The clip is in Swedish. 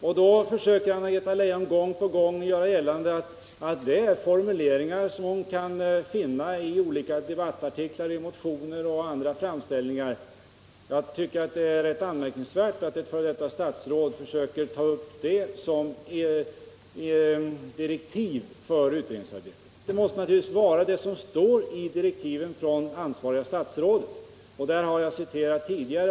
Och då försökte Anna-Greta Leijon gång på gång göra gällande att det är formuleringar som hon kan finna i olika debattartiklar, i motioner och i andra framställningar. Jag tycker det är anmärkningsvärt att ett f.d. statsråd tar upp det som direktiv för utredningsarbetet. Vad som gäller måste naturligtvis vara direktiven från det ansvariga statsrådet, och dem har jag citerat tidigare.